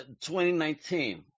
2019